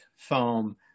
foam